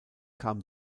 kam